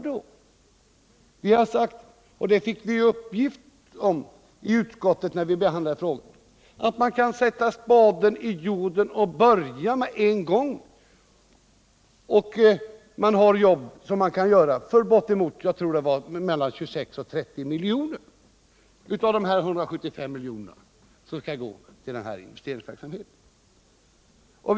När vi behandlade frågan i utskottet fick vi uppgift om att man kan sätta spaden i jorden med en gång, och man har jobb som man kan göra för bortåt — jag vill minnas — 26 å 30 milj.kr. bara för detta projekt av de 175 milj.kr. som vi vill öka SJ:s investeringsverksamhet med.